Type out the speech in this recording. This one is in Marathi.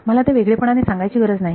मला तर वेगळेपणाने सांगायची गरज नाही